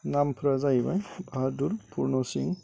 नामफोरा जाहैबाय आब्दुल पुर्न सिंह